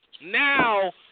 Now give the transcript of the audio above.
Now